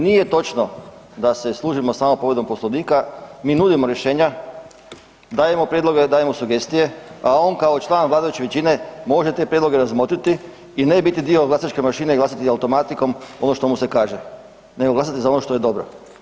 Nije točno da se služimo samo povredom Poslovnika, mi nudimo rješenja, dajemo prijedloge, dajemo sugestije, a on kao član vladajuće većine može te prijedloge razmotriti i ne biti dio glasačke mašine i glasati automatikom ono što mu se kaže nego glasati za ono što je dobro.